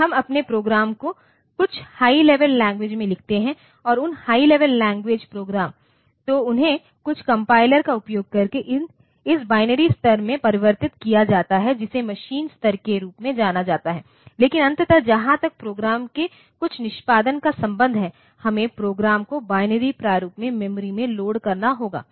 तो हम अपने प्रोग्राम को कुछ हाई लेवल लैंग्वेज में लिखते हैं और उन हाई लेवल लैंग्वेज प्रोग्राम तो उन्हें कुछ कम्पाइलर का उपयोग करके इस बाइनरी स्तर में परिवर्तित किया जाता है जिसे मशीन स्तर के रूप में जाना जाता है लेकिन अंततः जहां तक प्रोग्राम के कुछ निष्पादन का संबंध है हमें प्रोग्राम को बाइनरी प्रारूप में मेमोरी में लोड करना होगा